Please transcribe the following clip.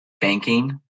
banking